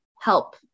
help